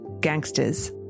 gangsters